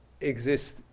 exist